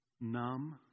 numb